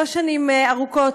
לא שנים ארוכות,